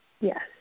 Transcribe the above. Yes